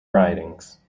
writings